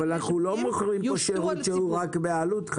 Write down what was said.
אבל אנחנו לא מוכרים כאן שירות שהוא רק בעלות,